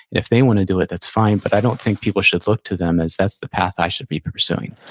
if they want to do it, that's fine, but i don't think people should look to them as that's the path i should be pursuing.